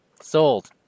Sold